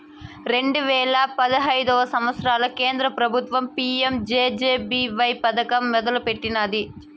రెండు వేల పదహైదు సంవత్సరంల కేంద్ర పెబుత్వం పీ.యం జె.జె.బీ.వై పదకం మొదలెట్టినాది